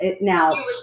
Now